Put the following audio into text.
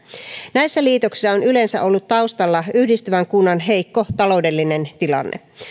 näissä liitoksissa on yleensä ollut taustalla yhdistyvän kunnan heikko taloudellinen tilanne